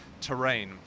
terrain